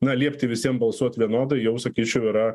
na liepti visiem balsuot vienodai jau sakyčiau yra